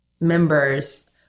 members